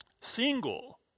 Single